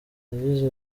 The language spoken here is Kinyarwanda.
yagize